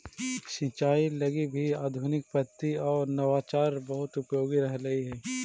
सिंचाई लगी भी आधुनिक पद्धति आउ नवाचार बहुत उपयोगी रहलई हे